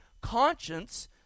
conscience